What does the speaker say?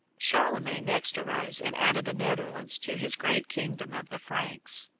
charlemagne next arose and added the netherlands to his great kingdom of the franks.